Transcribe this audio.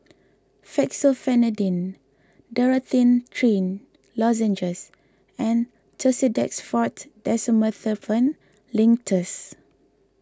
Fexofenadine Dorithricin Lozenges and Tussidex forte Dextromethorphan Linctus